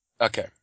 okay